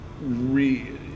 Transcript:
re